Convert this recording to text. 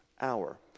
hour